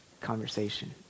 conversation